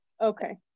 okay